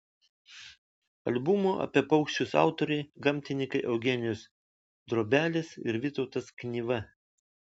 albumo apie paukščius autoriai gamtininkai eugenijus drobelis ir vytautas knyva